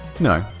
no,